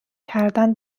کردن